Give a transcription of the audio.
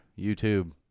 YouTube